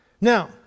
Now